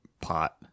pot